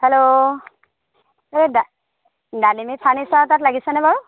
hello এ ডা ডালিমী ফাৰ্ণিচাৰৰ তাত লাগিছেনে বাৰু